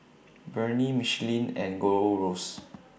Burnie Michelin and Gold Roast